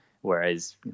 whereas